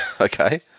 Okay